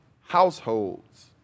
households